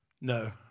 No